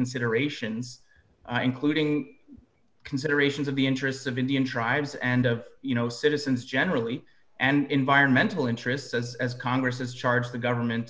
considerations including considerations of the interests of indian tribes and of you know citizens generally and environmental interests as as congress has charged the government